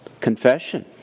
Confession